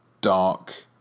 dark